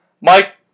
Mike